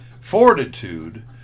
fortitude